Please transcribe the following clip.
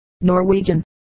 Norwegian